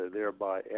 thereby